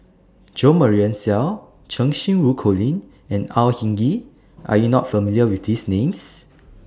Jo Marion Seow Cheng Xinru Colin and Au Hing Yee Are YOU not familiar with These Names